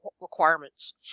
requirements